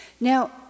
Now